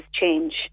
change